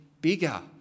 bigger